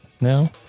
No